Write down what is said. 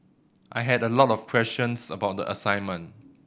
I had a lot of questions about the assignment